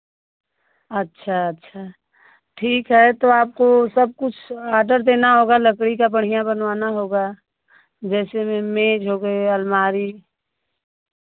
अच्छा अच्छा ठीक है तो आपको सबकुछ ऑर्डर देना होगा लकड़ी का बढ़ियाँ बनवाना होगा जैसे में मेज हो गए अलमारी